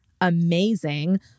amazing